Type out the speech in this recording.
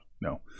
no